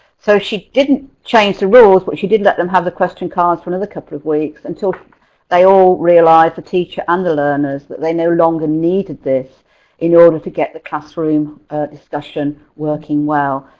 so she didn't change the rules, but she did let them have the question cards for another couple of weeks, until they all realized, the teacher and the learners, that they no longer needed this in order to get the classroom discussion working well,